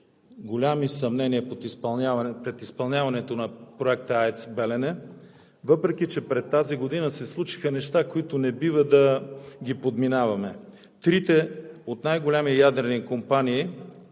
големи съмнения пред изпълняването на проекта „АЕЦ „Белене“, въпреки че през тази година се случиха неща, които не бива да подминаваме. Три от най-големите ядрени компании